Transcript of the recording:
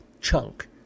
chunk